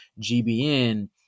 GBN